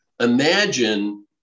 Imagine